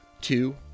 two